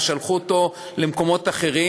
או שלחו אותו למקומות אחרים,